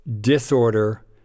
disorder